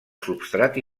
substrat